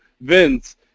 Vince